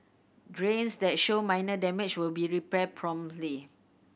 drains that show minor damage will be repaired promptly